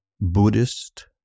Buddhist